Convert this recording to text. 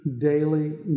daily